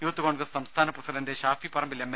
youth Congress സംസ്ഥാന president Shafi Parambil M